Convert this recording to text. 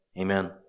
Amen